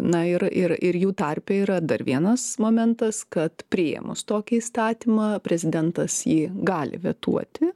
na ir ir ir jų tarpe yra dar vienas momentas kad priėmus tokį įstatymą prezidentas jį gali vetuoti